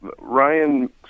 Ryan